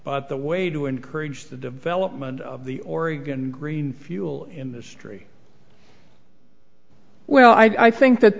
but the way to encourage the development of the oregon green fuel industry well i think that